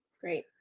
Great